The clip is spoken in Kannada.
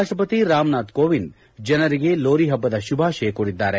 ರಾಷ್ಲಪತಿ ರಾಮನಾಥ್ ಕೋವಿಂದ್ ಜನರಿಗೆ ಲೋರಿ ಹಬ್ಲದ ಶುಭಾಶಯ ಕೋರಿದ್ದಾರೆ